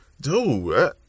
Dude